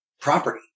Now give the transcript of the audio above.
property